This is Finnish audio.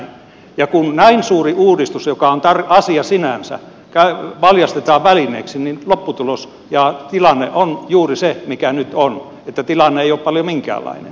ja kun näin suuri uudistus joka on asia sinänsä valjastetaan välineeksi niin lopputulos ja tilanne on juuri se mikä nyt on että tilanne ei ole paljon minkäänlainen